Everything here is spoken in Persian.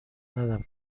ندم